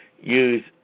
use